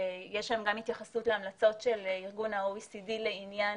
יש שם גם התייחסות להמלצות של ארגון ה-OECD לעניין